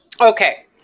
Okay